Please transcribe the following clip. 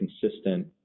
consistent